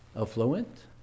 Affluent